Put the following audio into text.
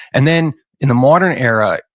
and then in the modern era,